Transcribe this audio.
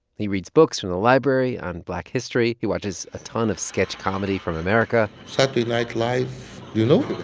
he reads books from the library on black history. he watches a ton of sketch comedy from america saturday night live you know? the